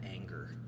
anger